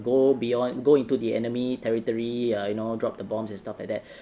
go beyond go into the enemy territory err you know drop the bombs and stuff like that